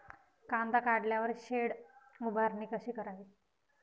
कांदा काढल्यावर शेड उभारणी कशी करावी?